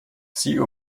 sie